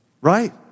Right